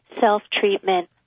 self-treatment